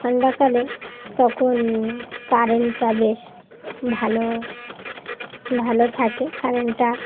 ঠান্ডাকালে তখন কারেন্টটা বেশ ভালো ভালো থাকে কারেন্টটা